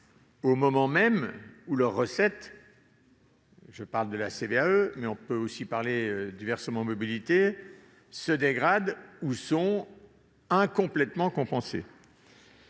au moment même où leurs recettes- je pense à la CVAE, mais on pourrait aussi parler du versement mobilité -se dégradent ou sont incomplètement compensées.